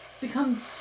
become